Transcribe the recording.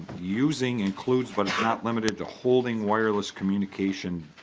using includes but not limited to holding wireless communication